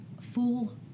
Full